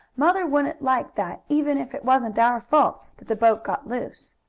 mother wouldn't like that even if it wasn't our fault that the boat got loose.